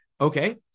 Okay